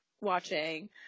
watching